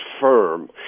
firm